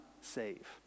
save